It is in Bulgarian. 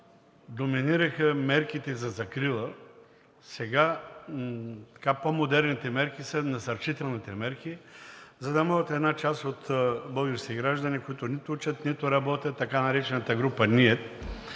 доминираха мерките за закрила, сега по-модерните мерки са насърчителните мерки, за да може една част от българските граждани, които нито учат, нито работят, така наречената група